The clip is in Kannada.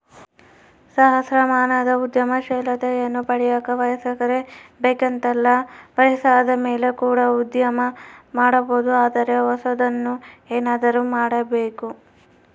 ಸಹಸ್ರಮಾನದ ಉದ್ಯಮಶೀಲತೆಯನ್ನ ಪಡೆಯಕ ವಯಸ್ಕರೇ ಬೇಕೆಂತಲ್ಲ ವಯಸ್ಸಾದಮೇಲೆ ಕೂಡ ಉದ್ಯಮ ಮಾಡಬೊದು ಆದರೆ ಹೊಸದನ್ನು ಏನಾದ್ರು ಕೊಡಬೇಕು